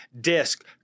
disc